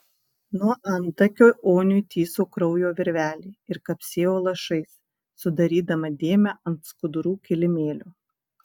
nuo antakio oniui tįso kraujo virvelė ir kapsėjo lašais sudarydama dėmę ant skudurų kilimėlio